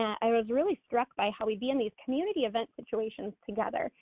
i was really struck by how we'd be in these community event situations together.